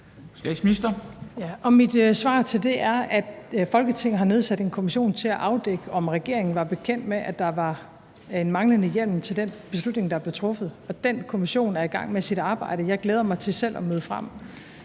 mit svar til det er, at Folketinget har nedsat en kommission til at afdække, om regeringen var bekendt med, at der var manglende hjemmel til den beslutning, der blev truffet, og den kommission er i gang med sit arbejde. Jeg glæder mig til selv at møde frem